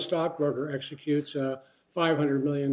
stock broker executes a five hundred million